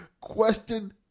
Question